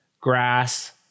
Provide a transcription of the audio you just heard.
grass